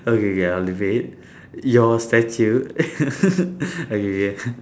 okay K I'll repeat your statue okay K